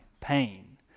pain